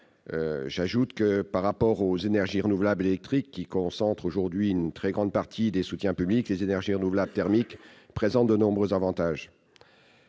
démontrer. Par rapport aux énergies renouvelables électriques, qui concentrent une très grande partie des soutiens publics, les énergies renouvelables thermiques présentent de nombreux avantages